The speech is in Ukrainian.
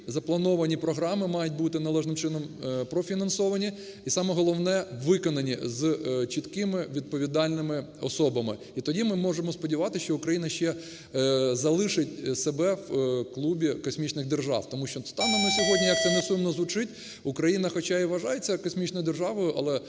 заплановані програми мають бути належним чином профінансовані і, саме головне, виконані з чіткими відповідальними особами. От тоді ми можемо сподіватися, що Україна ще залишить себе в клубі космічних держав, тому що станом на сьогодні, як це не сумно звучить, Україна, хоча і вважається космічною державою, але